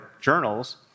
journals